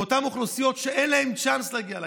באותן אוכלוסיות שאין להן צ'אנס להגיע לאקדמיה.